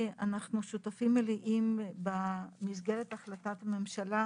אנחנו שותפים מלאים במסגרת החלטת הממשלה